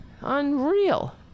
Unreal